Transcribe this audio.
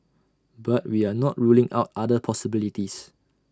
but we are not ruling out other possibilities